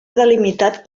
delimitat